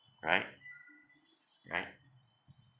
right right